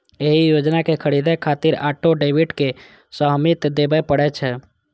एहि योजना कें खरीदै खातिर ऑटो डेबिट के सहमति देबय पड़ै छै